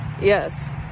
yes